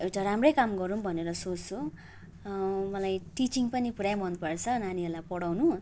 एउटा राम्रै काम गरौँ भनेर सोच्छु मलाई टिचिङ पनि पुरै मनपर्छ नानीहरूलाई पढाउनु